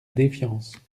défiance